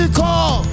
call